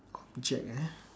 object ah